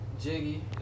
Jiggy